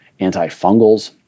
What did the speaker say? antifungals